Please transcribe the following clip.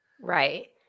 Right